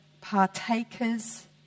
partakers